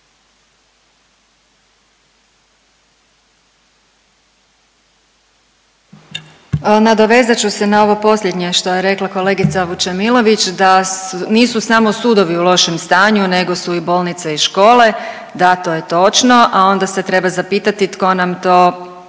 Nadovezat ću se na ovo posljednje što je rekla kolegica Vučemilović, da nisu samo sudovi u lošem stanju, nego su i bolnice i škole. Da, to je točno, a onda se treba zapitati tko nam to